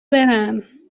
برن